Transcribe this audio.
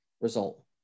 result